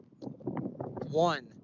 one